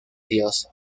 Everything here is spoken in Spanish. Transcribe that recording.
dios